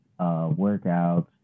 workouts